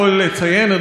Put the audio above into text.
אדוני השר,